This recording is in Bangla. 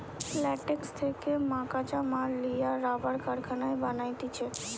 ল্যাটেক্স থেকে মকাঁচা মাল লিয়া রাবার কারখানায় বানাতিছে